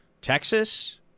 Texas